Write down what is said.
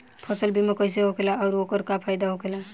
फसल बीमा कइसे होखेला आऊर ओकर का फाइदा होखेला?